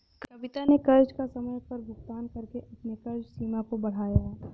कविता ने कर्ज का समय पर भुगतान करके अपने कर्ज सीमा को बढ़ाया